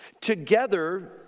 Together